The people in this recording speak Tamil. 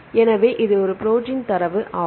எனவே இது ஒரு ப்ரோடீன் தரவு ஆகும்